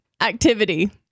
activity